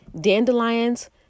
dandelions